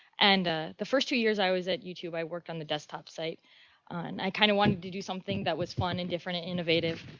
and ah the first two years i was at youtube, i worked on the desktop site. and i kind of wanted to do something that was fun and different and innovative.